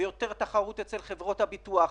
ויותר תחרות אצל חברות הביטוח.